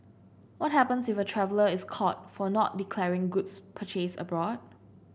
what happens if a traveller is caught for not declaring goods purchased abroad